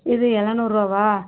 இது எழுநூறுருவாவா